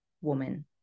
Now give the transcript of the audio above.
woman